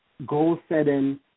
goal-setting